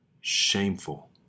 Shameful